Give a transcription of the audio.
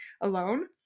alone